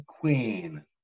queen